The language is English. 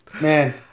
Man